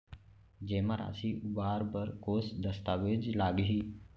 जेमा राशि उबार बर कोस दस्तावेज़ लागही?